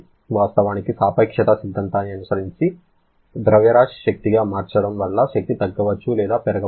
వాస్తవానికి సాపేక్షత సిద్ధాంతాన్ని అనుసరించి ద్రవ్యరాశిని శక్తిగా మార్చడం వల్ల శక్తి తగ్గవచ్చు లేదా పెరగవచ్చు